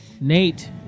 Nate